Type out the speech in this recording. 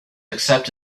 accept